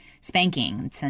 spanking